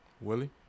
Willie